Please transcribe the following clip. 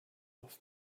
off